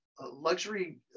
luxury